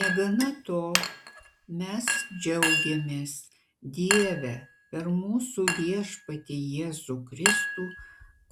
negana to mes džiaugiamės dieve per mūsų viešpatį jėzų kristų